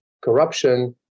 corruption